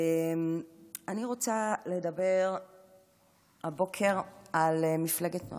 אני רוצה לדבר הבוקר על מפלגת נעם.